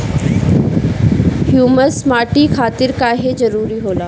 Humus माटी खातिर काहे जरूरी होला?